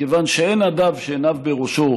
מכיוון שאין אדם שעיניו בראשו